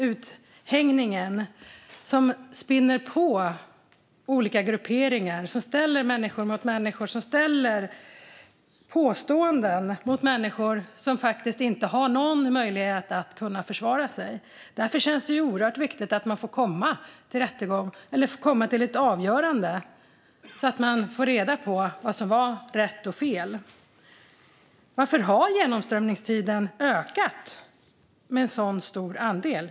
Uthängningen spinner på olika grupperingar. Det ställer människor mot människor, och det görs påståenden om människor som inte har någon möjlighet att kunna försvara sig. Därför är det oerhört viktigt att människor får komma till rättegång och till ett avgörande så att de får reda på vad som var rätt och fel. Varför har genomströmningstiden ökat med en stor andel?